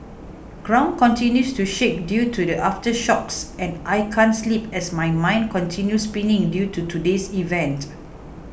ground continues to shake due to the aftershocks and I can't sleep as my mind continue spinning due to today's events